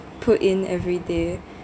put in everyday